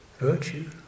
virtue